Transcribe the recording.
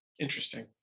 Interesting